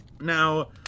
now